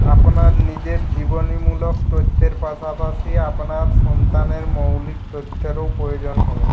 আপনার নিজের জীবনীমূলক তথ্যের পাশাপাশি আপনার সন্তানের মৌলিক তথ্যেরও প্রয়োজন হবে